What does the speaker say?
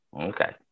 Okay